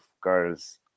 girls